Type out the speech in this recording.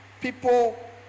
people